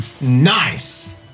Nice